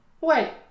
wait